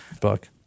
book